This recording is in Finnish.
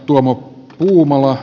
tuomo puumala